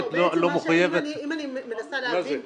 אם אני רוצה העתק של זה,